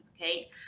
okay